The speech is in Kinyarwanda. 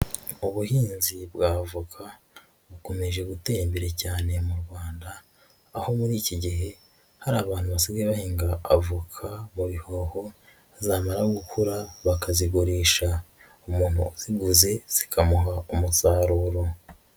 Ubuhinzi bwa avoka bukomeje gutera imbere cyane mu Rwanda, aho muri iki gihe hari abantu basigaye bahinga avoka mu bihoho zamara gukura bakazigurisha, umuntu uziguze zikamuha umusaruro.